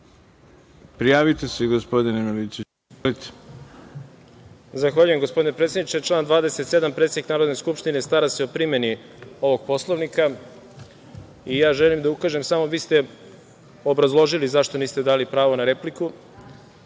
prijavi. Izvolite. **Đorđe Milićević** Zahvaljujem, gospodine predsedniče. Član 27. – predsednik Narodne skupštine stara se o primeni ovog Poslovnika i želim da ukažem, vi ste obrazložili zašto niste dali pravo na repliku,